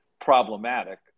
problematic